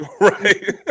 Right